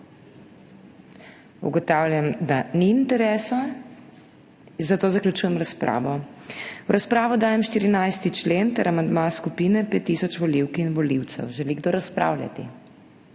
Ugotavljam, da ni interesa, zato zaključujem razpravo. V razpravo dajem 14. člen ter amandma skupine pet tisoč volivk in volivcev, želi kdo razpravljati?